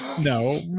no